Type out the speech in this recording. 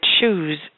shoes